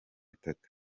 itatu